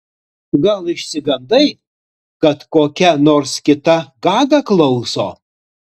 gal išsigandai kad kokia nors kita gaga klauso